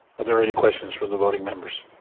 are there any questions from the voting members?